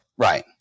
Right